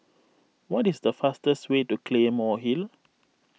what is the fastest way to Claymore Hill